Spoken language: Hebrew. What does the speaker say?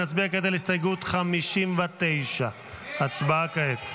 נצביע כעת על הסתייגות 59. הצבעה כעת.